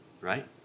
right